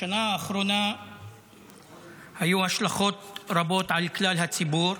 בשנה האחרונה היו השלכות רבות על כלל הציבור,